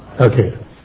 Okay